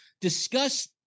discuss